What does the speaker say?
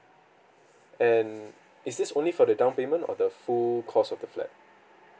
and is this only for the down payment or the full cost of the flat